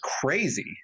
crazy